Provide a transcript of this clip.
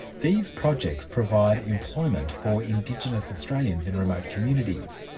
these projects provide employment for indigenous australians in remote communities.